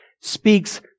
speaks